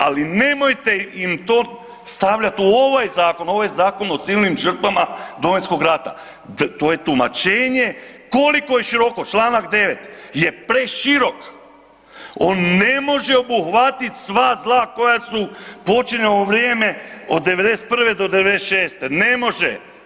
Ali nemojte im to stavljati u ovoj zakon, ovaj Zakon o civilnim žrtvama Domovinskog rata, to je tumačenje koliko je široko čl. 9. je preširok on ne može obuhvatiti sva zla koja su počinjena u vrijeme od '91.-'96., ne može.